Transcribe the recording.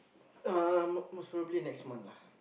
um most probably next month lah